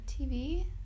TV